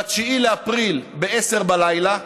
ב-9 באפריל ב-22:00,